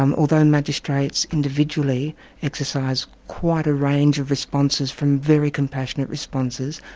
um although and magistrates individually exercise quite a range of responses from very compassionate responses,